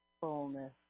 fullness